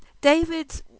David